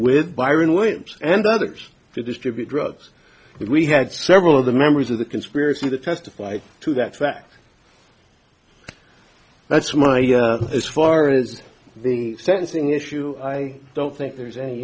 with byron williams and others to distribute drugs that we had several of the members of the conspiracy to testify to that fact that's my as far as the sentencing issue i don't think there's any